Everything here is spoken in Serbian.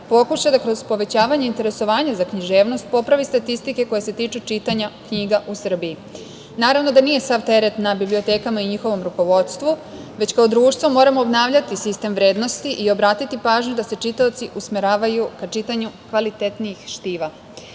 pokuša da kroz povećavanje interesovanja za književnost popravi statistike koje se tiču čitanja knjiga u Srbiji. Naravno da nije sav teret na bibliotekama i njihovom rukovodstvu, već kao društvo moramo obnavljati sistem vrednosti i obratiti pažnju da se čitaoci usmeravaju ka čitanju kvalitetnijih štiva.S